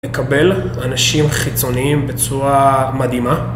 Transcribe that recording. מקבל אנשים חיצוניים בצורה מדהימה